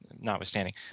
notwithstanding